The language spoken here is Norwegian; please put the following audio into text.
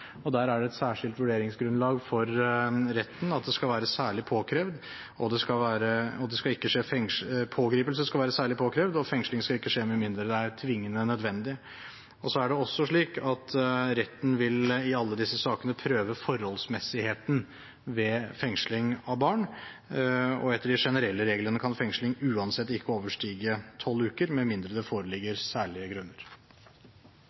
Der er det et særskilt vurderingsgrunnlag for retten at pågripelse skal være særlig påkrevet, og fengsling skal ikke skje med mindre det er tvingende nødvendig. Så er det også slik at retten vil i alle disse sakene prøve forholdsmessigheten ved fengsling av barn. Etter de generelle reglene kan fengsling uansett ikke overstige tolv uker med mindre det